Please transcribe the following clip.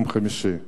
יום חמישי,